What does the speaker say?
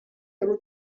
every